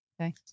Okay